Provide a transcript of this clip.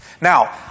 Now